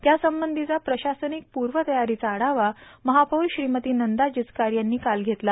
त्यासंबंधीचा प्रशासनिक पूर्वतयारीचा आढावा महापौर श्रीमती नंदा जिचकार यांनी काल घेतला